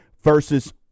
versus